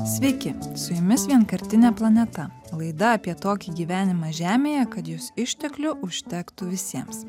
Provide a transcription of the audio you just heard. sveiki su jumis vienkartinė planeta laida apie tokį gyvenimą žemėje kad jos išteklių užtektų visiems